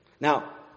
Now